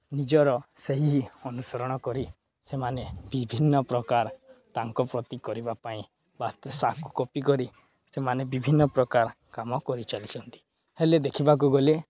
ନିଜର ସେହି ଅନୁସରଣ କରି ସେମାନେ ବିଭିନ୍ନପ୍ରକାର ତାଙ୍କ ପ୍ରତି କରିବା ପାଇଁ ବା କପି କରି ସେମାନେ ବିଭିନ୍ନପ୍ରକାର କାମ କରିଚାଲିଛନ୍ତି ହେଲେ ଦେଖିବାକୁ ଗଲେ